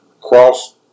cross